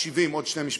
עוד שני משפטים.